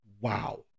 Wow